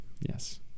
yes